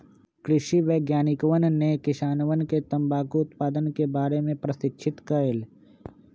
कृषि वैज्ञानिकवन ने किसानवन के तंबाकू उत्पादन के बारे में प्रशिक्षित कइल